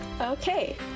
Okay